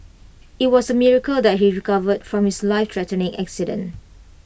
IT was A miracle that he recovered from his life threatening accident